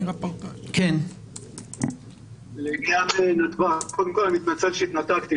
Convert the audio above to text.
אני מתנצל שהתנתקתי.